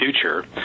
future